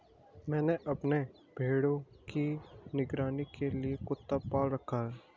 मैंने अपने भेड़ों की निगरानी के लिए कुत्ता पाल रखा है